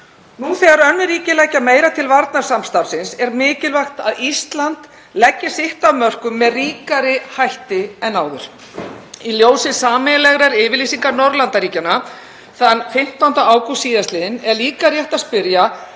Nú þegar önnur ríki leggja meira til varnarsamstarfsins er mikilvægt að Ísland leggi sitt af mörkum með ríkari hætti en áður. Í ljósi sameiginlegrar yfirlýsingar Norðurlandaríkjanna þann 15. ágúst sl. er líka rétt að spyrja